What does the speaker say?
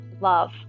love